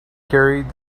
carried